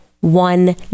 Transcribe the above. one